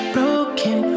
Broken